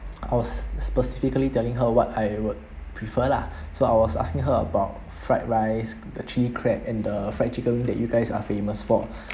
I was specifically telling her what I would prefer lah so I was asking her about fried rice the chili crab and the fried chicken wing that you guys are famous for